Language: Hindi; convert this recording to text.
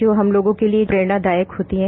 जो हम लोगों के लिए प्रेरणादायक होती है